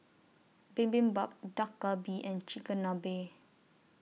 Bibimbap Dak Galbi and Chigenabe